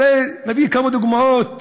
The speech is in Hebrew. הרי נביא כמה דוגמאות